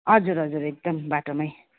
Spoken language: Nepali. हजुर हजुर एकदम बाटोमै